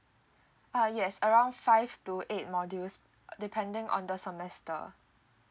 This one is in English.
uh yes around five to eight modules depending on the semester